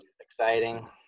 exciting